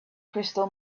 crystal